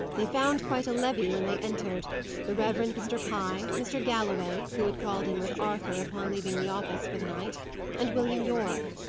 they found quite a levee when they entered the reverend mr. pye, mr. galloway who had called in with arthur upon leaving the office for the night and william yorke.